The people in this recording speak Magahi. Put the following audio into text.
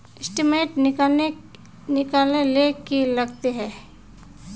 स्टेटमेंट निकले ले की लगते है?